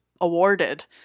awarded